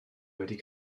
wedi